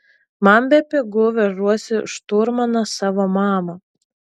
man bepigu vežuosi šturmaną savo mamą